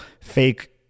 fake